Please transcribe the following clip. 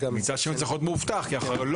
מצד שני זה צריך להיות מאובטח כי אנחנו הרי לא